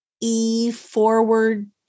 e-forward